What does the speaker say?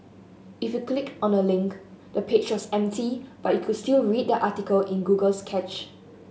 if you clicked on the link the page was empty but you could still read the article in Google's cache